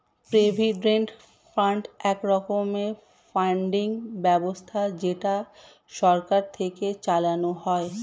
provident fund এক রকমের funding ব্যবস্থা যেটা সরকার থেকে চালানো হয়